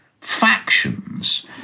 factions